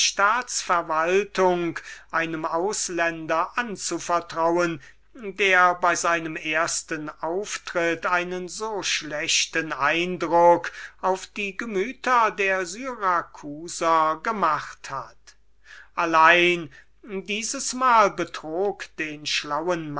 staats-verwaltung einem ausländer anzuvertrauen der bei seinem ersten auftritt auf dem schauplatz einen so schlimmen eindruck auf die gemüter der syracusaner gemacht hat allein dieses mal betrog den schlauen